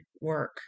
work